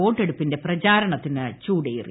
വോട്ടെടുപ്പിന്റെ പ്രചാരണത്തിന് ചൂടേറി